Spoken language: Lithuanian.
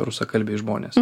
rusakalbiai žmonės